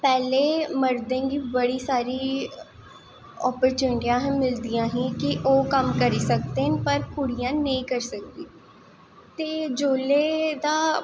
पैह्लैं मर्दें गी बड़ी सारी अपर्चुनटियां मिलदियां हां ओह् कम्म करी सकदे न पर कुड़ियां नेंईं करी सकदियां ते जिसले दा